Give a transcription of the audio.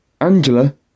Angela